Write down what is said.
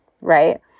right